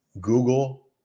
Google